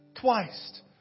twice